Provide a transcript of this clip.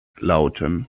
lauten